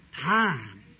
time